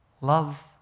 Love